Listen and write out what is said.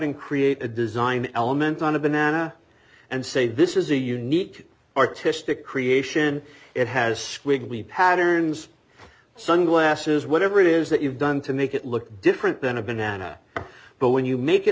and create a design element on a banana and say this is a unique artistic creation it has squiggly patterns sunglasses whatever it is that you've done to make it look different than a banana but when you make it